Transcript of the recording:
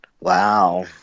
Wow